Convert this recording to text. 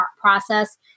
process